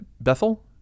Bethel